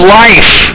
life